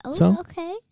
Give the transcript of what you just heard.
okay